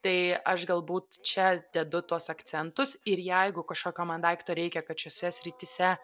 tai aš galbūt čia dedu tuos akcentus ir jeigu kažkokio man daikto reikia kad šiose srityse